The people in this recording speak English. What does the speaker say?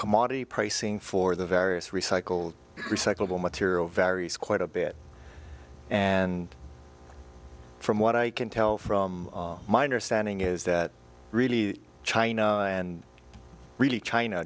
commodity pricing for the various recycle recyclable materials varies quite a bit and from what i can tell from my understanding is that really china and really china